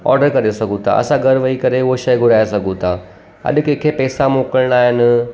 ऑडरु करे सघूं था असां घरु वेही करे उहा शइ घुराए सघूं था अॼु कंहिंखे पैसा मोकिलिणा आहिनि